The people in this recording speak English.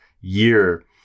year